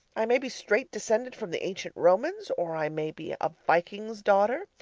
i may be straight descended from the ancient romans, or i may be a viking's daughter,